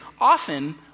often